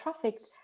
trafficked